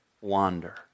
wander